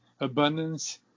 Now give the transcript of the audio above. abundance